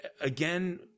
again